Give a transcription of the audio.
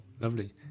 Lovely